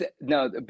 No